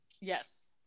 Yes